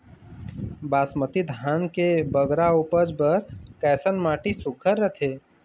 बासमती धान के बगरा उपज बर कैसन माटी सुघ्घर रथे?